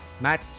Matt